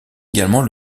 également